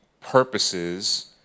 purposes